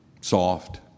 soft